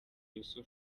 yussuf